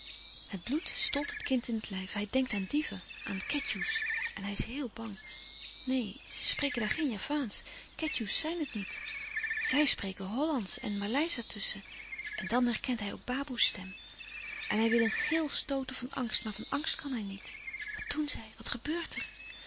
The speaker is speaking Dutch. het bloed stolt het kind in het lijf hij denkt aan dieven aan ketjoe's en hij is heel bang neen ze spreken daar geen javaansch ketjoe's zijn het niet zij spreken hollandsch en maleisch er tusschen en dan herkent hij ook baboe's stem en hij wil een gil stooten van angst maar van angst kan hij niet wat doen zij wat gebeurt er